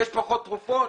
יש פחות תרופות.